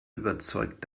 überzeugt